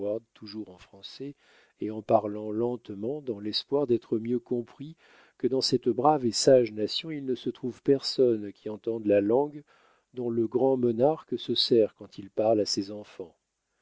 toujours en français et en parlant lentement dans l'espoir d'être mieux compris que dans cette brave et sage nation il ne se trouve personne qui entende la langue dont le grand monarque se sert quand il parle à ses enfants